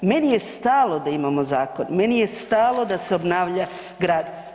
Meni je stalo da imamo zakon, meni je stalo da se obnavlja grad.